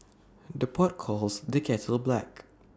the pot calls the kettle black